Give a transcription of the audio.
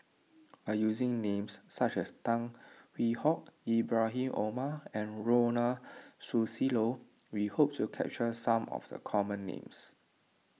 by using names such as Tan Hwee Hock Ibrahim Omar and Ronald Susilo we hope to capture some of the common names